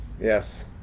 Yes